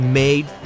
made